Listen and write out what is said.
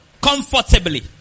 Comfortably